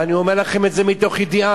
ואני אומר לכם את זה מתוך ידיעה.